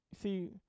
See